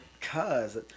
Cause